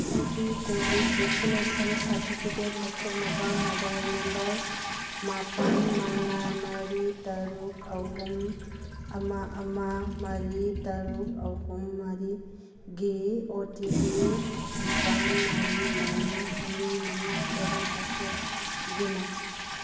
ꯑꯩꯒꯤ COVID vaccination certificate ꯂꯧꯊꯣꯛꯅꯕ mobile number ꯃꯥꯄꯜ ꯃꯉꯥ ꯃꯔꯤ ꯇꯔꯨꯛ ꯑꯍꯨꯝ ꯑꯃ ꯑꯃ ꯃꯔꯤ ꯇꯔꯨꯛ ꯑꯍꯨꯝ ꯃꯔꯤꯒꯤ ꯑꯣ ꯇꯤ ꯄꯤ ꯅꯤꯄꯥꯜ ꯃꯔꯤ ꯃꯉꯥ ꯑꯅꯤ ꯃꯉꯥ ꯇꯔꯦꯠ ꯑꯁꯦ ꯁꯤꯖꯟꯅꯧ